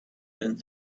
learned